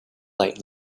light